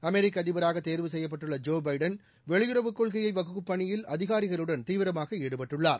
அமெிக்க அதிபராக தேர்வு செய்யப்பட்டுள்ள ஜோ பைடன் வெளியுறவு கொள்கையை வகுக்கும் பணியில் அதிகாரிகளுடன் தீவிரமாக ஈடுபட்டுள்ளார்